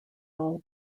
all